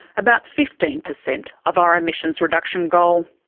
about fifteen percent of our emissions reduction goal.